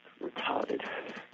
Retarded